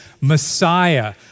Messiah